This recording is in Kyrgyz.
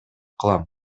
кылам